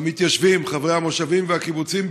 למתיישבים חברי המושבים והקיבוצים,